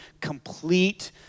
complete